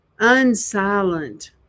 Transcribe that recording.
Unsilent